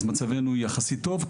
אז מצבנו יחסית טוב.